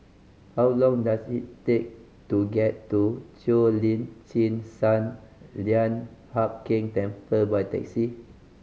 how long does it take to get to Cheo Lim Chin Sun Lian Hup Keng Temple by taxi